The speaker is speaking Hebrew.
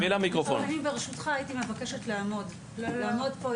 לפני כן הייתי מורה באולפנים שונים.